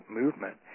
movement